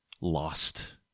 lost